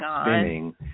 spinning